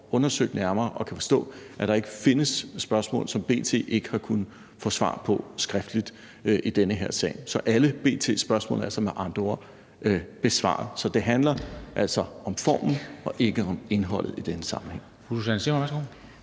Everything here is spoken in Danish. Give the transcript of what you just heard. undersøgt det nærmere, og jeg kan forstå, at der ikke findes spørgsmål, som B.T. ikke har kunnet få svar på skriftligt, i den her sag. Så alle B.T.s spørgsmål er altså med andre ord besvaret. Så det handler altså om formen og ikke om indholdet i denne sammenhæng.